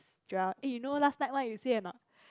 Joel eh you know last night what you say or not